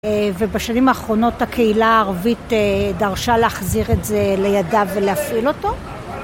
ובשנים האחרונות הקהילה הערבית דרשה להחזיר את זה לידיו ולהפעיל אותו